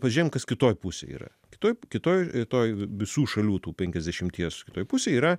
pažiejom kas kitoj pusėj yra kitoj kitoj toj visų šalių tų penkiasdešimties kitoj pusėj yra